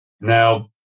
Now